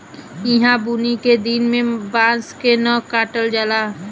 ईहा बुनी के दिन में बांस के न काटल जाला